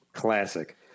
Classic